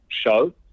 show